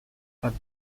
but